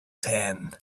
tan